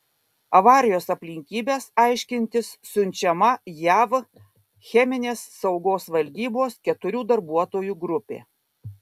avarijos aplinkybes aiškintis siunčiama jav cheminės saugos valdybos keturių darbuotojų grupė